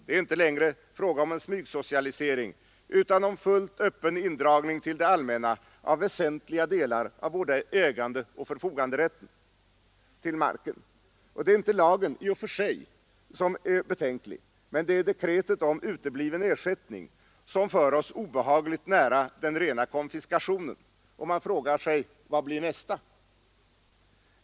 Det är inte längre fråga om en smygsocialisering utan om fullt öppen indragning till det allmänna av väsentliga delar av både ägandeoch förfoganderätten till marken. Det är inte lagen som i och för sig är betänklig, utan det är dekretet om utebliven ersättning som för oss obehagligt nära den rena konfiskationen. Man frågar sig: Vad blir nästa steg?